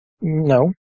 No